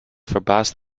verbaast